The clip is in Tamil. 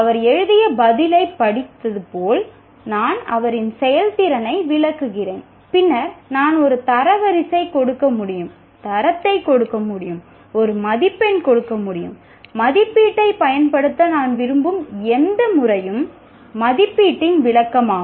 அவர் எழுதிய பதிலைப் படித்தது போல் நான் அவரின் செயல்திறனை விளக்குகிறேன் பின்னர் நான் ஒரு தரவரிசை கொடுக்க முடியும் தரத்தை கொடுக்க முடியும் ஒரு மதிப்பெண் கொடுக்க முடியும் மதிப்பாய்வை பயன்படுத்த நான் விரும்பும் எந்த முறையும் மதிப்பீட்டின் விளக்கமாகும்